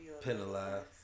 penalized